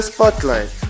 Spotlight